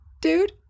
Dude